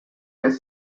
las